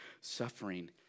suffering